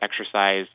exercise